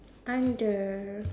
under